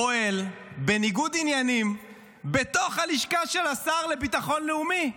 פועל בניגוד עניינים בתוך הלשכה של השר לביטחון לאומי.